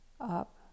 up